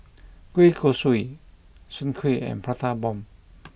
Kueh Kosui Soon Kueh and Prata Bomb